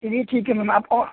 चलिए ठीक है मैम आपको